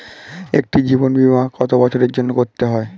একটি জীবন বীমা কত বছরের জন্য করতে হয়?